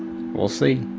we'll see.